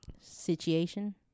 Situation